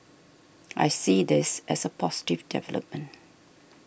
I see this as a positive development